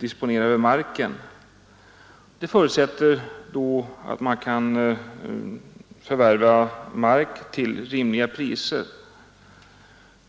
disponera över marken. Detta förutsätter emellertid att man kan förvärva mark till rimliga priser.